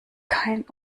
kein